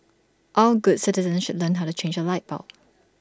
all good citizens should learn how to change A light bulb